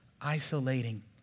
isolating